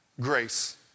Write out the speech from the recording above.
Grace